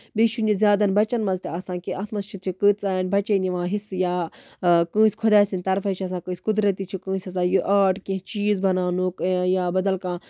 بیٚیہِ چھُنہٕ یہِ زیادَن بَچن منٛز تہِ آسان کیٚنٛہہ اَتھ منٛز چھُ کۭژَہن بَچن نِوان حِصہٕ یہِ یا کٲنسہِ خۄدایہِ سٕنٛدۍ طرفَے چھُ آسان کٲنسہِ یہِ قُدرَتی چھُ کٲنسہِ آسان یہِ آرٹ کینٛہہ چیٖز بَناونُک یا بدل کانٛہہ